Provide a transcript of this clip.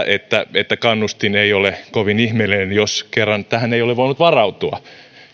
että että kannustin ei ole kovin ihmeellinen jos kerran tähän ei ole voinut varautua